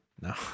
No